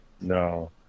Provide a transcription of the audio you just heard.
No